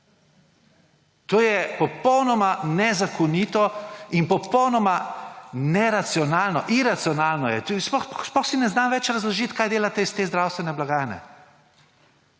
To je popolnoma nezakonito in popolnoma neracionalno, iracionalno je… To je sploh, sploh si ne znam več razložit, kaj delate iz te zdravstvene blagajne.